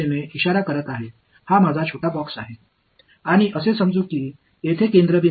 எனவே இது x y மற்றும் z இங்கே இது மேல்நோக்கி சுட்டிக்காட்டுகிறது